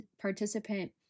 participant